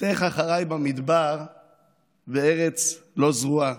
לכתך אחרי במדבר בארץ לא זרועה",